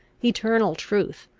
eternal truth,